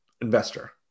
investor